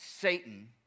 Satan